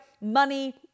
money